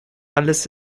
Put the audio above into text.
alles